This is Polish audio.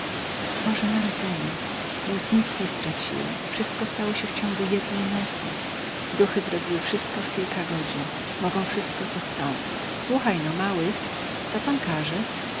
boże narodzenie więc nic nie straciłem wszystko stało się w ciągu jednej nocy duchy zrobiły wszystko w kilka godzin mogą wszystko co zechcą słuchajno mały co pan każe